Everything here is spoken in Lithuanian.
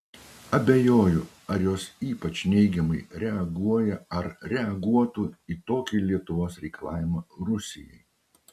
abejoju ar jos ypač neigiamai reaguoja ar reaguotų į tokį lietuvos reikalavimą rusijai